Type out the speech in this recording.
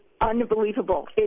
unbelievable